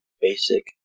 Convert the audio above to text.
basic